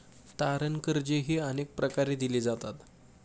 तारण कर्जेही अनेक प्रकारे दिली जातात